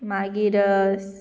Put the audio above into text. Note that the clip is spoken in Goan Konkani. मागीर स